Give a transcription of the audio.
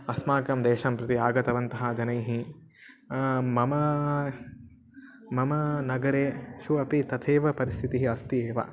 अस्माकं देशं प्रति आगतवन्तः जनाः मम मम नगरेषु अपि तथैव परिस्थितिः अस्ति एव